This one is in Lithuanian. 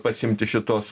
pasiimti šituos